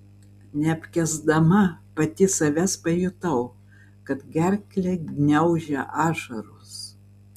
neapkęsdama pati savęs pajutau kad gerklę gniaužia ašaros